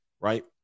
right